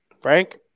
Frank